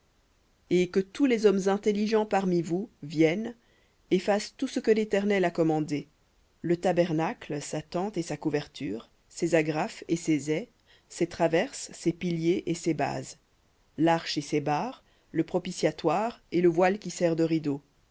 et que tous les hommes intelligents parmi vous viennent et fassent tout ce que l'éternel a commandé le tabernacle sa tente et sa couverture ses agrafes et ses ais ses traverses ses piliers et ses bases larche et ses barres le propitiatoire et le voile qui sert de rideau